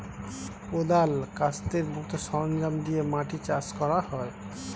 কোদাল, কাস্তের মত সরঞ্জাম দিয়ে মাটি চাষ করা হয়